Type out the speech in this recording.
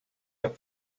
der